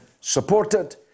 supported